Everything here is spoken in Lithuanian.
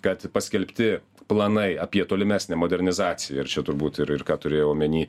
kad paskelbti planai apie tolimesnę modernizaciją ir čia turbūt ir ir ką turėjo omeny